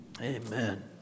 Amen